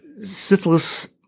Syphilis